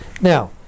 Now